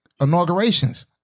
inaugurations